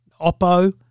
Oppo